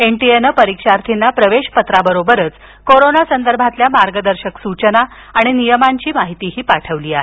NTA नं परीक्षार्थींना प्रवेशपत्राबरोबरच कोरोना संदर्भात मार्गदर्शक सूचना आणि नियमांची माहितीही पाठवली आहे